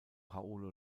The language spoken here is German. paolo